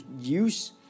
use